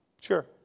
Sure